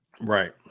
Right